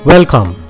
Welcome